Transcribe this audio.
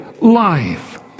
life